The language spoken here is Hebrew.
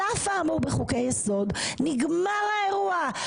אף האמור בחוקי יסוד" נגמר האירוע.